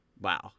wow